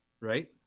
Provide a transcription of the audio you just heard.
right